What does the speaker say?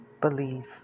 believe